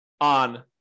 on